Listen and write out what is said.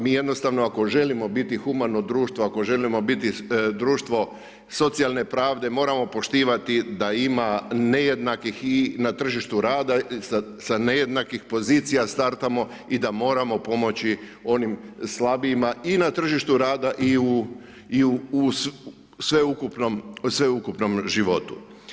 Mi jednostavno ako želimo biti humano društvo, ako želimo biti društvo socijalne pravde moramo poštivati da ima nejednakih i na tržištu rada, sa nejednakih pozicija startamo i da moramo pomoći onim slabijima i na tržištu rada i u sveukupnom životu.